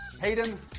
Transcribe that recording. Hayden